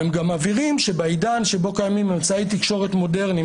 הם גם מבהירים שבעידן שבו קיימים אמצעי תקשורת מודרניים